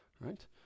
right